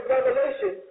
Revelation